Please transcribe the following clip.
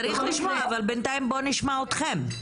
צריך לשמוע, אבל בינתיים בואי נשמע אתכם.